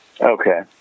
Okay